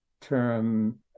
term